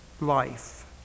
life